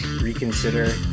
reconsider